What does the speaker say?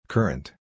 Current